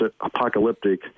apocalyptic